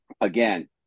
again